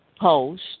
post